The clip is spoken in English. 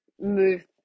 move